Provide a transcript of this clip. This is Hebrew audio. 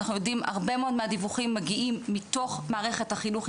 אנחנו יודעים הרבה מאוד מהדיווחים מגיעים מתוך מערכת החינוך,